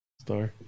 star